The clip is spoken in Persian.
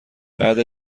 بعد